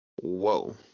Whoa